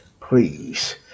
please